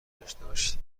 داشتهباشید